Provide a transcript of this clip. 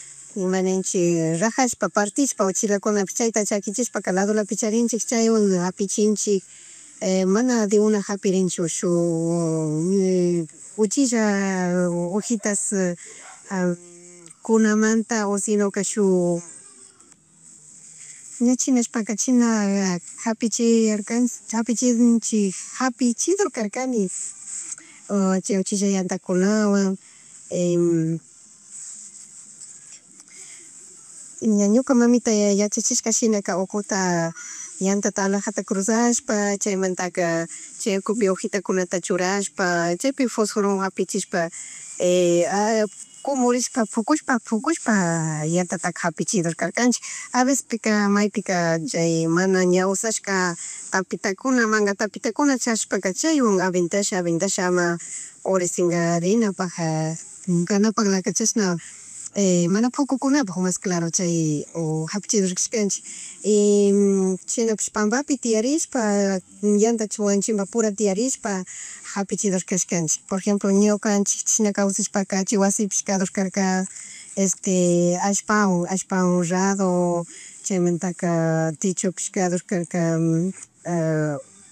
Ima nicnhik rajashpa, paritshpa uchilakunapish chayta chakichinshpa ladolapi charinchik chaywan japichinchik, mana de una japirinchuk shuk uchilla, ojitas cunamanta, o sinoka shuk, ña chinashkapa china japichirka japichinchik japichidurkarkarkani o chay ulchilla yantakunawan ña ñuka mamita ña yachachishka shinaka ukuta yantata alajata crullashpa chaymantaka chaypi hojitata churashpa chaypi fosforowan hapichishpa cumurishpa pukushpa, pukushpa yantataka japichidor karkanchik a vecespika maypika chay mana ña usaska tapitakuna, mangatapitakuna charishpak chaywanla aventash, aventash, ama uri shinga rinapakja ñuka chashan mana pukukunapag mas claro, chay hapichidur kashkanchik y chinapish pambapi tiyarishpa yanta chimbapura tiyarishpa japichidor kashkanchik por ejemplo ñukanchik chishna kawsashpaka wasipish kador kasrka, este allpawan, rador chaymantaka techopish kadorkarka,